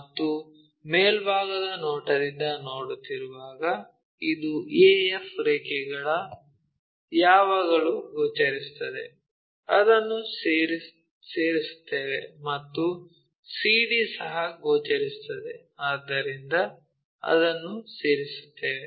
ಮತ್ತು ಮೇಲ್ಭಾಗದ ನೋಟದಿಂದ ನೋಡುತ್ತಿರುವಾಗ ಇದು a f ರೇಖೆಗಳ ಯಾವಾಗಲೂ ಗೋಚರಿಸುತ್ತದೆ ಅದನ್ನು ಸೇರಿಸುತ್ತೇವೆ ಮತ್ತು c d ಸಹ ಗೋಚರಿಸುತ್ತದೆ ಆದ್ದರಿಂದ ಅದನ್ನು ಸೇರಿಸುತ್ತೇವೆ